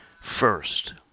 first